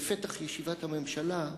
בפתח ישיבת הממשלה,